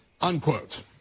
Unquote